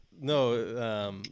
No